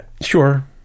Sure